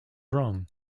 wrong